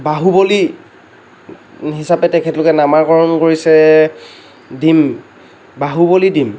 বাহুবলী হিচাপে তেখেতলোকে নামাকৰণ কৰিছে ডিম বাহুবলী ডিম